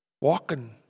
Walking